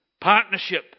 partnership